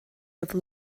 have